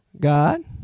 God